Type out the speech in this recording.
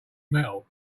metal